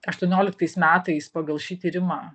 aštuonioliktais metais pagal šį tyrimą